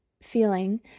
feeling